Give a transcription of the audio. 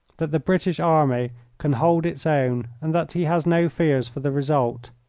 that the british army can hold its own and that he has no fears for the result.